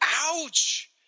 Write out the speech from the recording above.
Ouch